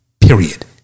period